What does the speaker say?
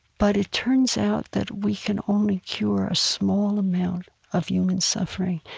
but it turns out that we can only cure a small amount of human suffering.